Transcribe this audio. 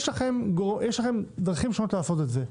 יש לכם דרכים שונות לעשות את זה.